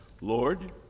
Lord